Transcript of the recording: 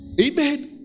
Amen